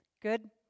good